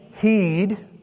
Heed